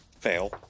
Fail